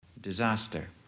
disaster